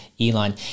Elon